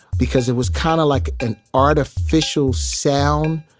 because it was kind of like an artificial sound,